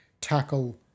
tackle